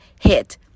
hit